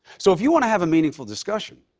so if you want to have a meaningful discussion,